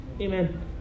Amen